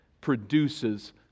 produces